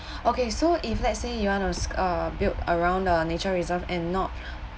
okay so if let's say you wanna s~ build around the nature reserve and not